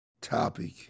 topic